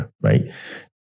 right